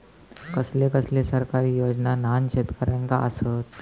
कसले कसले सरकारी योजना न्हान शेतकऱ्यांना आसत?